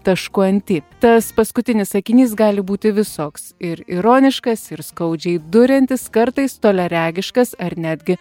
tašku ant i tas paskutinis sakinys gali būti visoks ir ironiškas ir skaudžiai duriantis kartais toliaregiškas ar netgi